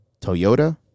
Toyota